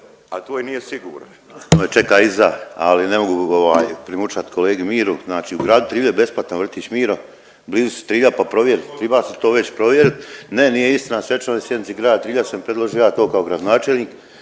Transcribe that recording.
ne razumije./… čeka iza, ali ne mogu primučat kolegi Miru. Znači u gradu Trilju je besplatan vrtić. Miro blizu si Trilja pa provjeri, triba si to već provjerit. Ne nije istina, na svečanoj sjednici grada Trilja sam predložio ja to kao gradonačelnik,